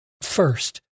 first